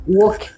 walk